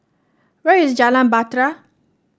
where is Jalan Bahtera